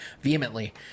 vehemently